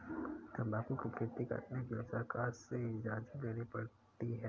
तंबाकू की खेती करने के लिए सरकार से इजाजत लेनी पड़ती है